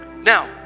now